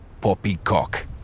Poppycock